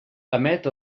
emet